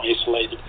isolated